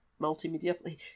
multimedia